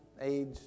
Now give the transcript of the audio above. age